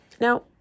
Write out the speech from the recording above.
Now